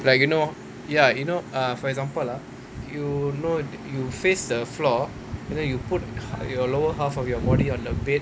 like you know ya you know uh for example ah you know you face the floor and then you put your lower half of your body on the bed